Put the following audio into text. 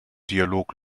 dialog